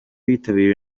witabiriwe